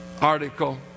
Article